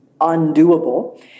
undoable